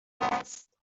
است